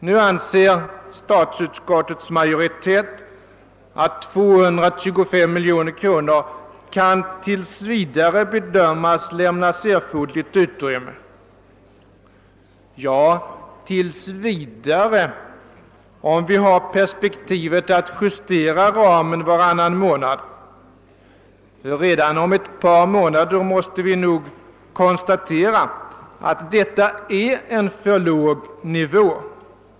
Nu anser statsutskottets majoritet att 225 miljoner kronor »kan tills vidare bedömas lämna erforderligt utrymme». Ja, tills vidare om vi har perspektivet att justera ramen varannan månad. Redan om ett par månader måste vi nog konstatera att detta är en för låg nivå.